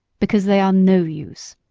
because they are no use.